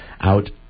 out